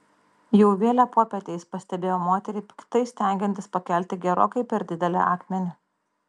jau vėlią popietę jis pastebėjo moterį piktai stengiantis pakelti gerokai per didelį akmenį